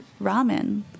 ramen